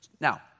Now